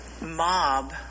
mob